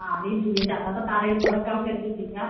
आरे भैया ज़्यादा बता रहे हो थोड़ा कम करिए भैया